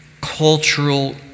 cultural